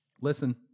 Listen